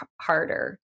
harder